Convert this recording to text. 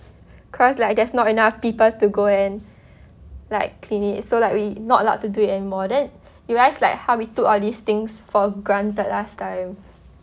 cause like there's not enough people to go and like clean it so like we not allowed to do it anymore then you realise like how we took all these things for granted last time